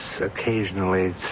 occasionally